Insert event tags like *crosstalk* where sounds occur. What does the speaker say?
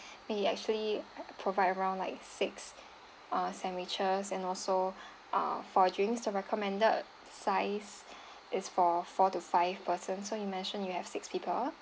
*breath* we actually provide around like six ah sandwiches and also ah for drinks the recommended size is for four to five person so you mentioned you have six people